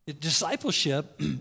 Discipleship